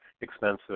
expensive